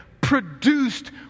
produced